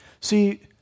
See